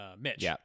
Mitch